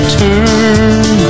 turn